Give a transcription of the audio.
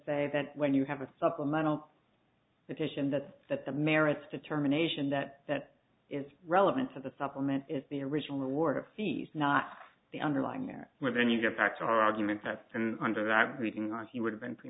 say that when you have a supplemental petition that that the merits determination that that is relevant to the supplement is the original award of c s not the underlying act where then you get back to our argument that under that reading on he would have been pre